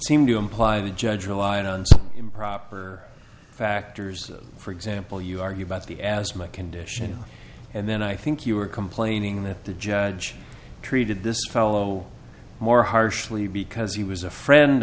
seemed to imply the judge relied on improper factors for example you argue about the asthma condition and then i think you were complaining that the judge treated this fellow more harshly because he was a friend